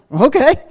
okay